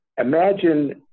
Imagine